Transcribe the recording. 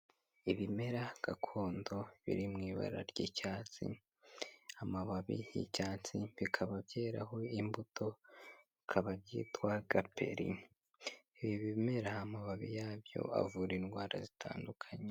Ibimera gakondo biri mu ibara ry'icyatsi, amababi y'icyatsi, bikaba byeraho imbuto, bikaba byitwa gaperi, ibi bimera amababi yabyo avura indwara zitandukanye.